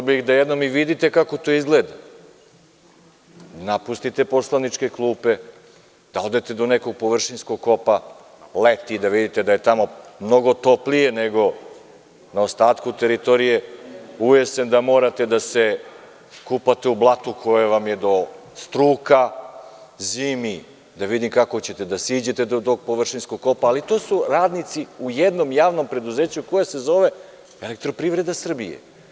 Voleo bih da jednom i vidite kako to izgleda, da napustite poslaničke klupe, da odete do nekog površinskog kopa, leti i da vidite da je tamo mnogo toplije, nego na ostatku teritorije, a u jesen da morate da se kupate u blatu koje vam je do struka, a zimi, da vidim kako ćete da siđete do tog površinskog kopa, ali to su radnici u jednom javnom preduzeću koje se zove EPS.